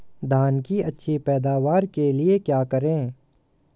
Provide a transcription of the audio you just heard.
धान की अच्छी पैदावार के लिए क्या करें?